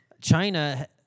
China